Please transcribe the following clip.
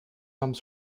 some